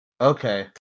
Okay